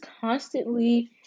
constantly